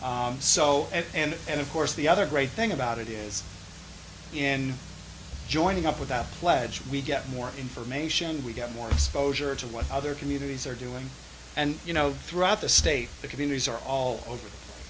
so and of course the other great thing about it is in joining up with that pledge we get more information we get more exposure to what other communities are doing and you know throughout the state the communities are all over